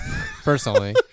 Personally